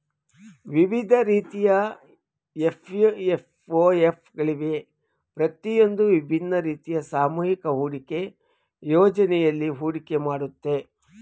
ವಿವಿಧ ರೀತಿಯ ಎಫ್.ಒ.ಎಫ್ ಗಳಿವೆ ಪ್ರತಿಯೊಂದೂ ವಿಭಿನ್ನ ರೀತಿಯ ಸಾಮೂಹಿಕ ಹೂಡಿಕೆ ಯೋಜ್ನೆಯಲ್ಲಿ ಹೂಡಿಕೆ ಮಾಡುತ್ತೆ